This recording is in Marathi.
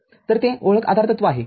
तर ते ओळखआधारतत्व आहे